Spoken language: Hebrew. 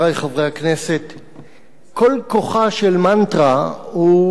כל כוחה של מנטרה הוא שהיא לא צריכה הוכחה,